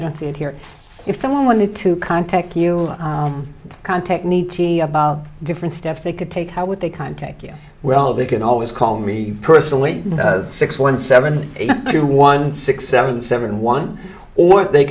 don't see it here if someone wanted to contact you contact need t about different steps they could take how would they contact you well they can always call me personally six one seven two one six seven seven one or they